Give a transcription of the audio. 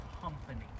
company